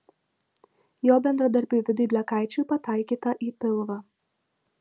jo bendradarbiui vidui blekaičiui pataikyta į pilvą